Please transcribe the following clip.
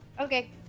okay